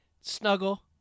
snuggle